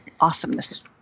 awesomeness